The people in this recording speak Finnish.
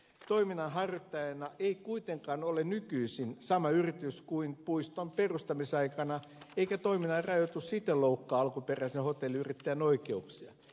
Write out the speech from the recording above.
toiminnan harjoittajana ei kuitenkaan ole nykyisin sama yritys kuin puiston perustamisaikana eikä toiminnan rajoitus siten loukkaa alkuperäisen hotelliyrittäjän oikeuksia